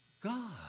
God